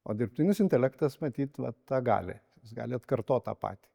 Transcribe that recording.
o dirbtinis intelektas matyt vat tą gali gali atkartot tą patį